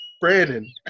Brandon